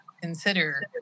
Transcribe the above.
consider